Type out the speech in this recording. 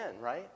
right